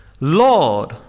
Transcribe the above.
Lord